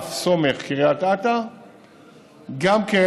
וממחלף סומך-קריית אתא גם כן,